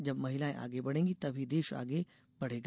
जब महिलाएँ आगे बढ़ेंगी तब ही देश आगे बढ़ेगा